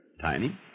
Tiny